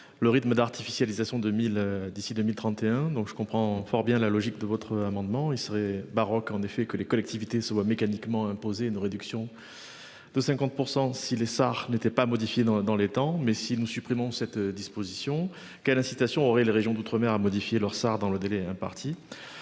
Le rythme d'artificialisation 2000 d'ici 2031. Donc je comprends fort bien la logique de votre amendement il serait baroque en effet que les collectivités se voient mécaniquement imposer une réduction. De 50% si les Sarr n'était pas modifié dans dans les temps. Mais si nous supprimons cette disposition quelles incitations aurait les régions d'outre-mer à modifier leur dans le délai imparti.